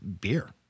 beer